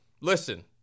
listen